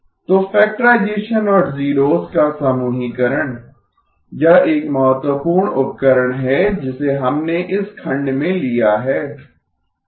तो फैक्टराइजेसन और जीरोस का समूहीकरण यह एक महत्वपूर्ण उपकरण है जिसे हमने इस खंड में लिया है